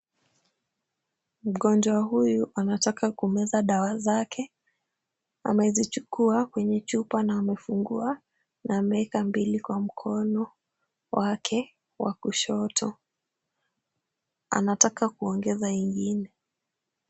Mgonjwa huyu anataka kumeza dawa zake. Amezichukua kwenye chupa na amefungua na amekweka mbili kwa mkono wake wa kushoto. Anataka kuongeza ingine.